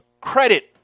credit